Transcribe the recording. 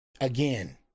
Again